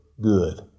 good